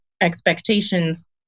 expectations